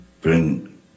bring